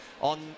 on